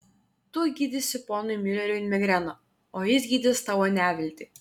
tu gydysi ponui miuleriui migreną o jis gydys tavo neviltį